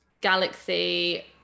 Galaxy